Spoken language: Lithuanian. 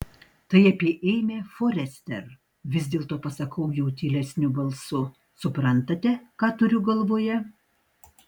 tai apie ėmę forester vis dėlto pasakau jau tylesniu balsu suprantate ką turiu galvoje